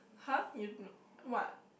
huh you what